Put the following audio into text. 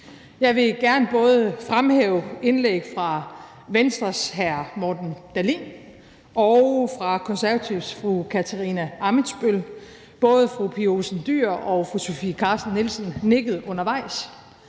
Jeg vil gerne både fremhæve indlæg fra Venstres hr. Morten Dahlin og fra Konservatives fru Katarina Ammitzbøll. Både fru Pia Olsen Dyhr og fru Sofie Carsten Nielsen nikkede undervejs,